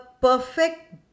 perfect